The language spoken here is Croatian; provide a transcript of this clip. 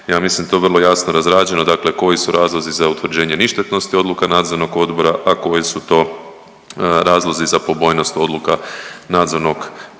ja mislim to vrlo jasno razrađeno. Dakle, koji su razlozi za utvrđenje ništetnosti odluka nadzornog odbora, a koji su to razlozi za pobojnost odluka nadzornog odbora.